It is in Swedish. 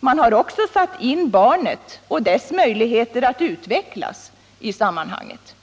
man har också satt in barnet och dess möjligheter att utvecklas i sammanhanget.